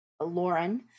Lauren